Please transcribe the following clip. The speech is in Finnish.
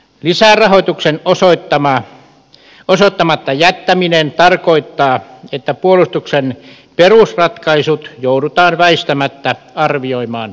lisärahoituksen osoittamatta jättäminen tarkoittaa että puolustuksen perusratkaisut joudutaan väistämättä arvioimaan uudelleen